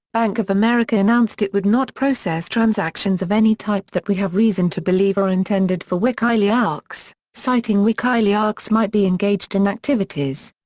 bank of america announced it would not process transactions of any type that we have reason to believe are intended for wikileaks, citing wikileaks might be engaged in activities.